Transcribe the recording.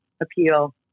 appeal